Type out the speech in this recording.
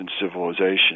civilization